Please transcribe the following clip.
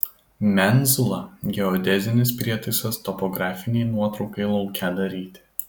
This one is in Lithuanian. menzula geodezinis prietaisas topografinei nuotraukai lauke daryti